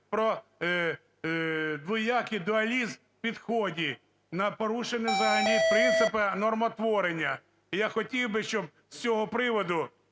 про двоякий дуалізм у підході на порушення взагалі принципу нормотворення. І я хотів би, щоб з цього приводу